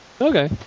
Okay